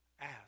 Ask